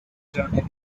journey